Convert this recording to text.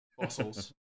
fossils